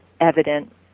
evident